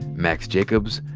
max jacobs,